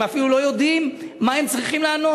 הם הרי אפילו לא יודעים מה הם צריכים לענות.